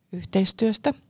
yhteistyöstä